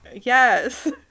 yes